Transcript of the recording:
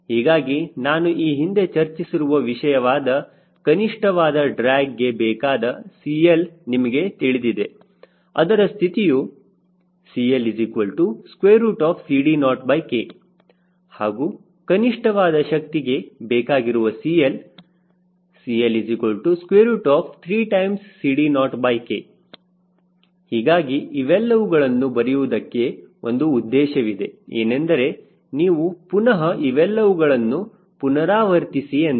ಹೀಗಾಗಿ ನಾನು ಈ ಹಿಂದೆ ಚರ್ಚಿಸಿರುವ ವಿಷಯವಾದ ಕನಿಷ್ಠವಾದ ಡ್ರ್ಯಾಗ್ಗೆ ಬೇಕಾದ CL ನಿಮಗೆ ತಿಳಿದಿದೆ ಅದರ ಸ್ಥಿತಿಯು CLCD0K ಹಾಗೂ ಕನಿಷ್ಠವಾದ ಶಕ್ತಿಗೆ ಬೇಕಾಗಿರುವ CL CL3CD0K ಹೀಗಾಗಿ ಇವೆಲ್ಲವುಗಳನ್ನು ಬರೆಯುವುದಕ್ಕೆ ಒಂದು ಉದ್ದೇಶವಿದೆ ಏನೆಂದರೆ ನೀವು ಪುನಹ ಇವೆಲ್ಲವುಗಳನ್ನು ಪುನರಾವರ್ತಿಸಿ ಎಂದು